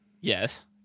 Yes